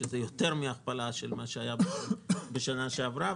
שזה יותר מהכפלה של מה שהיה בשנה שעברה,